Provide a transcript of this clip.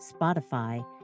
Spotify